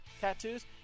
Tattoos